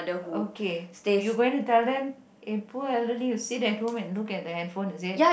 okay you going to tell them in poor elderly you see that don't look at the handphone is it